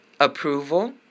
Approval